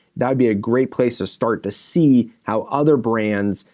that would be a great place to start to see how other brands,